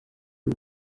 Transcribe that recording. w’u